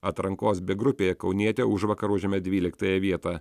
atrankos b grupėje kaunietė užvakar užėmė dvyliktąją vietą